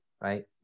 right